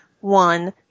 one